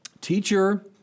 Teacher